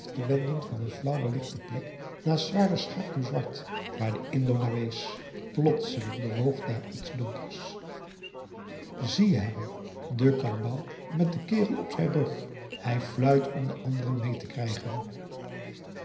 te wenden van een flauw belichte plek naast zwaar schaduw zwart waar de indo naar wees plotseling bewoog daar iets donkers zie je hem den karbouw met den kerel op zijn rug hij fluit om de anderen mee te krijgen